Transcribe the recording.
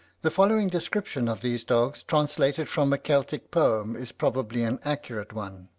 the following description of these dogs, translated from a celtic poem, is probably an accurate one